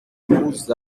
vous